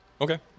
Okay